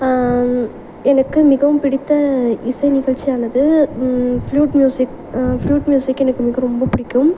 எனக்கு மிகவும் பிடித்த இசை நிகழ்ச்சியானது ஃப்ளூட் மியூசிக் ஃப்ளூட் மியூசிக் எனக்கு மிக ரொம்ப பிடிக்கும்